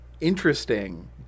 interesting